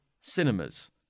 cinemas